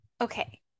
Okay